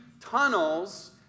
tunnels